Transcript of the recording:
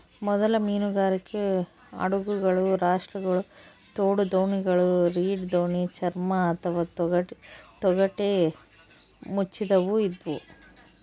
ಮೊದಲ ಮೀನುಗಾರಿಕೆ ಹಡಗುಗಳು ರಾಪ್ಟ್ಗಳು ತೋಡುದೋಣಿಗಳು ರೀಡ್ ದೋಣಿ ಚರ್ಮ ಅಥವಾ ತೊಗಟೆ ಮುಚ್ಚಿದವು ಇದ್ವು